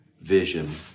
vision